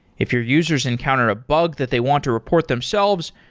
if your users encounter a bug that they want to report themselves,